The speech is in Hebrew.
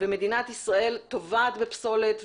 ומדינת ישראל טובעת בפסולת.